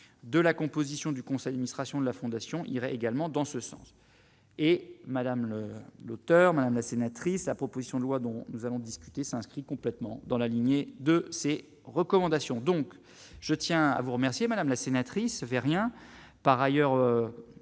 de la composition du conseil administration de la fondation irait également dans ce sens et Madame l', l'auteur, madame la sénatrice, la proposition de loi dont nous allons discuter s'inscrit complètement dans la lignée de ses recommandations, donc je tiens à vous remercier, madame la sénatrice veut